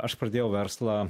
aš pradėjau verslą